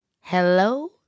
Hello